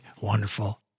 wonderful